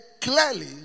clearly